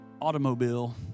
automobile